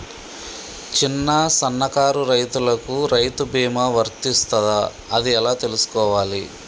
చిన్న సన్నకారు రైతులకు రైతు బీమా వర్తిస్తదా అది ఎలా తెలుసుకోవాలి?